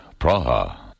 Praha